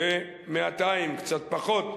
קצת פחות,